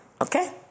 Okay